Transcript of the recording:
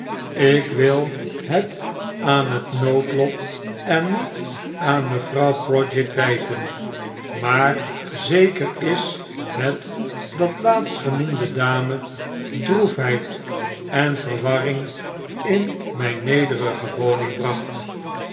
ik wil het aan het noodloten niet aan mevrouw prodgit wijten maar zeker is het dat laatstgenoemde dame droefheid en verwarring in mijn nederige woning bracht